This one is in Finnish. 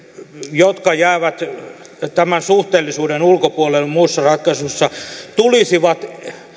jotka jäävät tämän suhteellisuuden ulkopuolelle muissa ratkaisuissa tulisivat